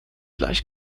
gleich